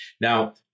Now